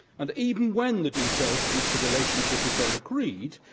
and even when the detailed future relationship is then agreed,